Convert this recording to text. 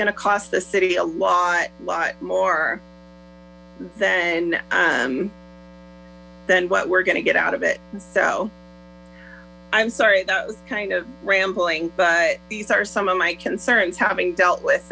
to cost the city a lot lot more than than what we're going to get out of it so i'm sorry that was kind of rambling but these are some of my concerns having dealt with